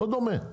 לא דומה,